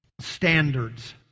standards